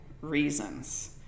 reasons